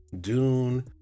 Dune